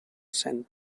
cent